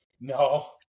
No